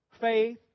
faith